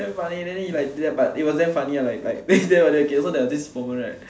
damn funny then he like ya but it was damn funny ah like like then okay then there was this moment right